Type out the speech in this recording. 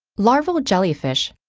larval jellyfish,